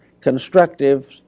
constructive